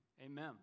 Amen